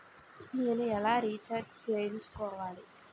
నేను ఎలా రీఛార్జ్ చేయించుకోవాలి?